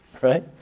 right